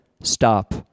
stop